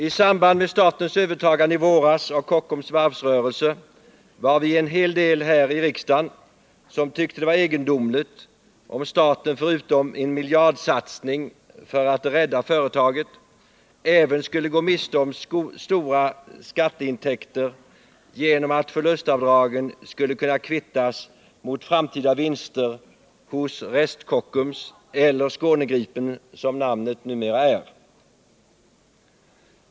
I samband med statens övertagande i våras av Kockums varvsrörelse var vi många här i riksdagen som tyckte det var egendomligt om staten förutom en miljardsatsning för att rädda företaget även skulle gå miste om stora skatteintäkter genom att förlustavdragen skulle kunna kvittas mot framtida vinster hos Rest-Kockums eller Skåne-Gripen AB, som namnet numera är.